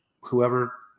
whoever